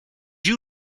you